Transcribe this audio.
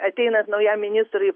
ateinat naujam ministrui